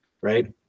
right